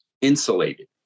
insulated